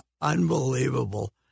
unbelievable